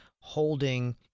holding